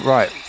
Right